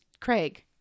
Craig